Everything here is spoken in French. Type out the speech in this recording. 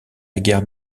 guerre